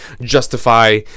justify